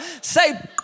Say